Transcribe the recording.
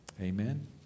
Amen